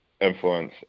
influence